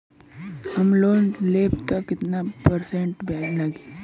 हम लोन लेब त कितना परसेंट ब्याज लागी?